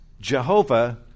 Jehovah